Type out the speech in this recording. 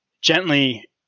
gently